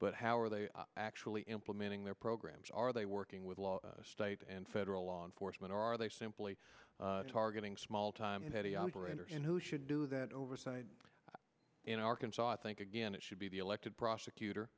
but how are they actually implementing their programs are they working with state and federal law enforcement or are they simply targeting small time the operators and who should do that oversight in arkansas think again it should be the elected prosecutor